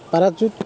parachute